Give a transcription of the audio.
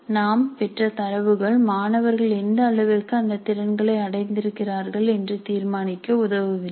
நாம் பெற்ற தரவுகள் மாணவர்கள் எந்த அளவிற்கு அந்த திறன்களை அடைந்திருக்கிறார்கள் என்று தீர்மானிக்க உதவவில்லை